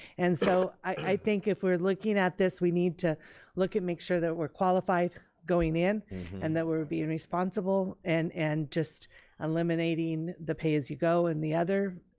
and so i think if we're looking at this, we need to look and make sure that we're qualified going in and that we're being responsible and and just eliminating the pay as you go and the other,